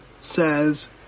says